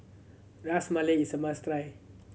Ras Malai is a must try